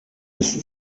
ist